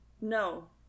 No